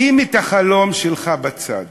שים את החלום שלך בצד